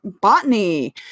botany